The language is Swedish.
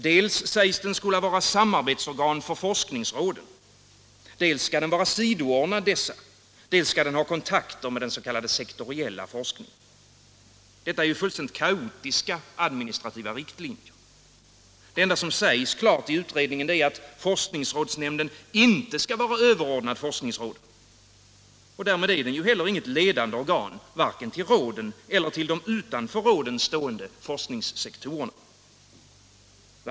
Dels sägs den skola vara samarbetsorgan för forskningsråden, dels skall den vara sidoordnad dessa, dels skall den också ha kontakter 59 med den s.k. sektoriella forskningen. Detta är ju fullständigt kaotiska administrativa riktlinjer. Det enda som sägs klart i utredningen är att forskningsrådsnämnden inte skall vara överordnad forskningsråden. Därmed är den heller inget ledande organ, varken till råden eller till de utanför råden stående forskningssektorerna.